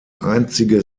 einzige